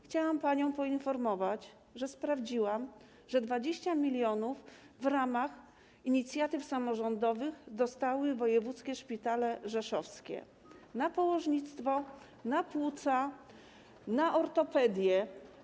Chciałam panią poinformować, że sprawdziłam, że 20 mln w ramach inicjatyw samorządowych dostały rzeszowskie szpitale wojewódzkie: na położnictwo, na płuca, na ortopedię.